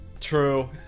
True